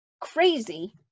Crazy